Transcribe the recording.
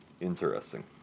Interesting